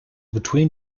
between